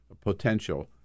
potential